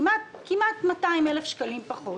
כמעט 200,000 שקלים פחות,